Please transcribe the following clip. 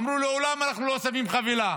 אמרו: לעולם אנחנו לא שמים חבילה,